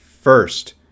first